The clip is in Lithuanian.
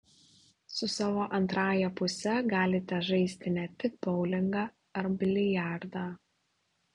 su savo antrąja puse galite žaisti ne tik boulingą ar biliardą